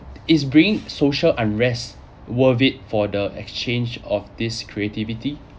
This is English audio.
is bring social unrest worth it for the exchange of this creativity